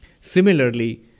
Similarly